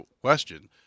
question